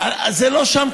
זה לא שם,